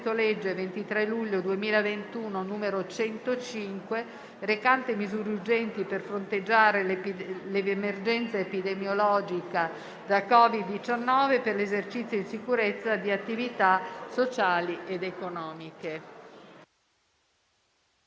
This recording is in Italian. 23 luglio 2021, n. 105, recante misure urgenti per fronteggiare l’emergenza epidemiologica da COVID-19 e per l’esercizio in sicurezza di attività sociali ed economiche»